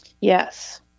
Yes